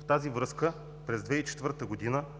В тази връзка през 2004 г.